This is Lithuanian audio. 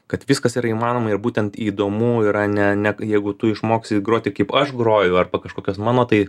kad viskas yra įmanoma ir būtent įdomu yra ne ne jeigu tu išmoksi groti kaip aš groju arba kažkokios mano tai